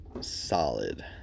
Solid